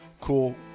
Cool